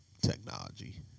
technology